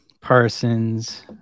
Parsons